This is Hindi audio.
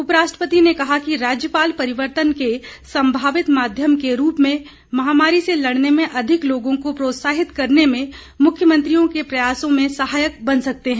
उपराष्ट्रपति ने कहा कि राज्यपाल परिवर्तन के संभावित माध्यम के रूप में महामारी से लड़ने में अधिक लोगों को प्रोत्साहित करने में मुख्यमंत्रियों के प्रयासों में सहायक बन सकते हैं